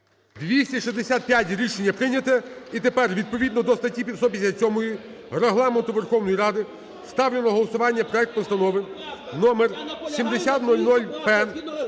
За-265 Рішення прийняте. І тепер відповідно до статті 157 Регламенту Верховної Ради ставлю на голосування проект Постанови № 7000-П